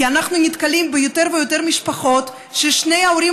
כי אנחנו נתקלים ביותר ויותר משפחות שבהן שני ההורים